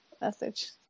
message